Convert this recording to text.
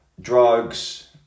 drugs